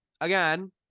again